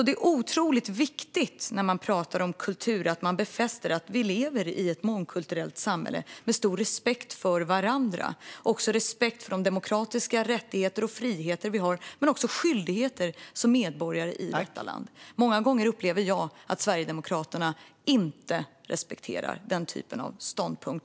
Det är otroligt viktigt när man pratar om kultur att man befäster att vi lever i ett mångkulturellt samhälle med stor respekt för varandra och också med respekt för de demokratiska rättigheter och friheter men också skyldigheter som vi har som medborgare i detta land. Många gånger upplever jag att Sverigedemokraterna i grunden inte respekterar den typen av ståndpunkt.